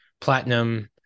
platinum